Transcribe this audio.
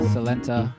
Salenta